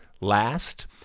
last